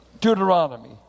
Deuteronomy